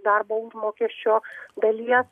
darbo užmokesčio dalies